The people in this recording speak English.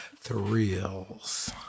thrills